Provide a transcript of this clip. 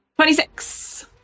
26